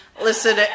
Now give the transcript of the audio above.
listen